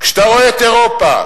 כשאתה רואה את אירופה?